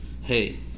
hey